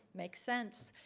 make senses.